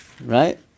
right